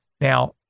Now